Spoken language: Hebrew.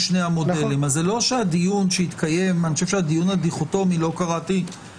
אז לצד זה כבר צריכה להיות עמדה ממשלתית